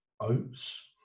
Oats